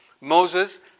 Moses